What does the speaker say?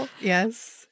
yes